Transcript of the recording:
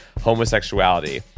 homosexuality